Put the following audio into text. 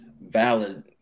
Valid